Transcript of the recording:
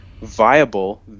viable